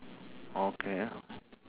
okay